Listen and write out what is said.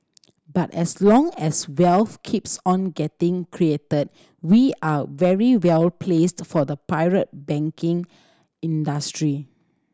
but as long as wealth keeps on getting created we are very well placed for the private banking industry